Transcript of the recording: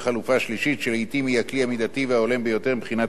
שלעתים היא הכלי המידתי וההולם ביותר מבחינת האינטרס הציבורי.